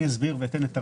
אסביר ואציג את הרקע.